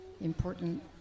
important